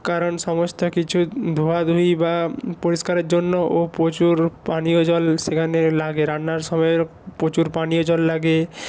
কারণ সমস্তকিছু ধোয়াধুয়ি বা পরিষ্কারের জন্যও ও প্রচুর পানীয় জল সেখানে লাগে রান্নার সময়ের প্রচুর পানীয় জল লাগে